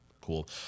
Cool